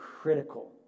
critical